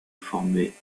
formait